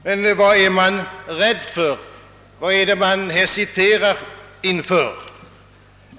Men vad är man rädd för, vad är det man hesiterar inför?